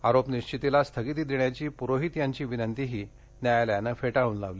आरोप निश्वितीला स्थगिती देण्याची पुरोहित यांची विनंतीही न्यायालयानं फेटाळून लावली